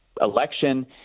election